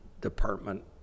department